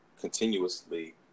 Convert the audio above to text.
continuously